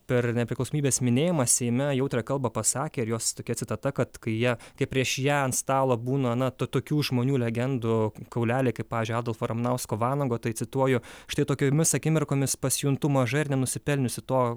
per nepriklausomybės minėjimą seime jautrią kalbą pasakė ir jos tokia citata kad kai ją kai prieš ją ant stalo būna na to tokių žmonių legendų kauleliai kaip pavyzdžiui adolfo ramanausko vanago tai cituoju štai tokiomis akimirkomis pasijuntu maža ir nenusipelniusi to